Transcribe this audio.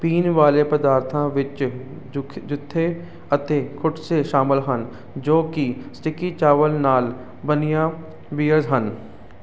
ਪੀਣ ਵਾਲੇ ਪਦਾਰਥਾਂ ਵਿੱਚ ਜ਼ੁਕ ਜ਼ੁਥੇ ਅਤੇ ਥੁਟਸੇ ਸ਼ਾਮਲ ਹਨ ਜੋ ਕਿ ਸਟਿੱਕੀ ਚਾਵਲ ਨਾਲ ਬਣੀਆਂ ਬੀਅਰਜ਼ ਹਨ